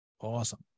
Awesome